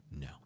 No